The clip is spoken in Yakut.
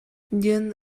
диэн